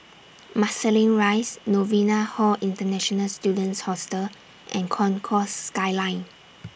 Marsiling Rise Novena Hall International Students Hostel and Concourse Skyline